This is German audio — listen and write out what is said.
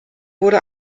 wurde